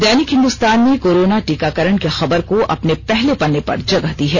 दैनिक हिन्दुस्तान ने कोरोना टीकाकरण की खबर को अपने पहले पन्ने पर जगह दी है